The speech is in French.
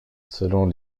selon